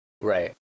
Right